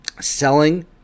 selling